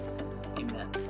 Amen